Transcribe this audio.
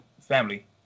family